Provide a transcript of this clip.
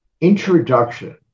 introduction